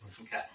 Okay